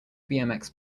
bmx